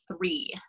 three